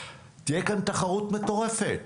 תהיה כאן תחרות מטורפת